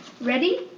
Ready